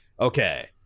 Okay